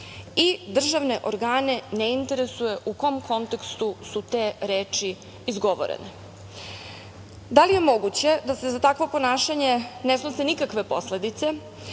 i državne organe ne interesuje u kom kontekstu su te reči izgovorene? Da li je moguće da se za takvo ponašanje ne snose nikakve posledice